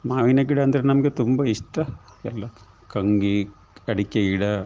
ಮಾವಿನ ಗಿಡ ಅಂದರೆ ನಮಗೆ ತುಂಬ ಇಷ್ಟ ಎಲ್ಲ ಕಂಗು ಅಡಿಕೆ ಗಿಡ